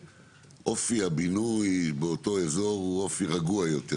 אופי הבינוי באותו אזור הוא אופי רגוע יותר,